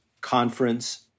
conference